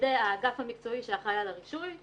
ידי האגף המקצועי שאחראי על הרישוי.